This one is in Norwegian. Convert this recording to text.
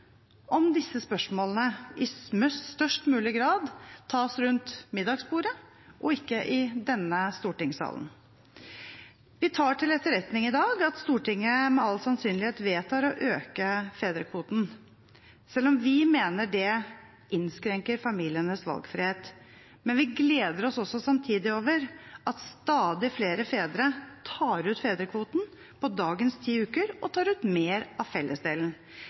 om disse spørsmålene i størst mulig grad tas rundt middagsbordet og ikke i stortingssalen. Vi tar i dag til etterretning at Stortinget med all sannsynlighet vedtar å øke fedrekvoten, selv om vi mener det innskrenker familienes valgfrihet. Men vi gleder oss samtidig over at stadig flere fedre tar ut fedrekvoten på dagens ti uker og tar ut mer av fellesdelen.